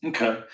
Okay